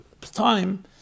time